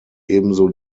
ebenso